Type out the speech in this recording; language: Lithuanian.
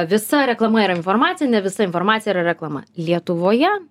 visa reklama yra informacija ne visa informacija yra reklama lietuvoje